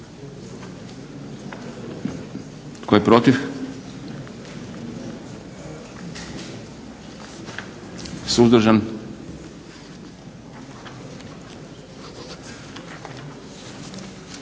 Tko je protiv? Suzdržan?